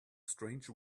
strange